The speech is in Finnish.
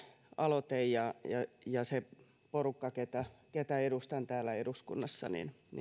aloite ja sen porukan suulla jota edustan täällä eduskunnassa